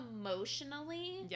emotionally